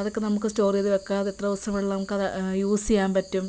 അതൊക്കെ നമുക്ക് സ്റ്റോർ ചെയ്ത് വെക്കാം അത് എത്ര ദിവസം വേണേലും നമുക്ക് അത് യൂസ് ചെയ്യാൻ പറ്റും